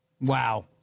wow